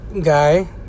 guy